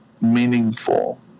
meaningful